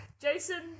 Jason